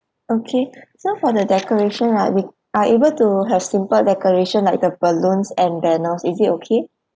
okay so for the decoration right we are able to have simple decoration like the balloons and banners is it okay